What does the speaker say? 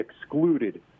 excluded